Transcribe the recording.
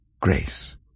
Grace